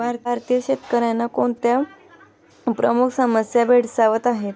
भारतीय शेतकऱ्यांना कोणत्या प्रमुख समस्या भेडसावत आहेत?